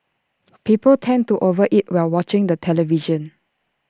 people tend to over eat while watching the television